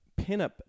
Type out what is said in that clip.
pinup